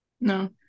No